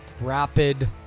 rapid